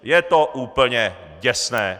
Je to úplně děsné!